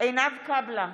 עינב קאבלה,